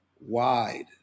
wide